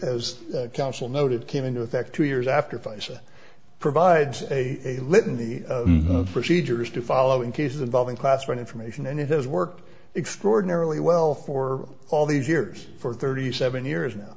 as counsel noted came into effect two years after pfizer provides a litany of procedures to follow in cases involving classified information and it has worked extraordinarily well for all these years for thirty seven years now